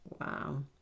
Wow